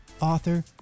author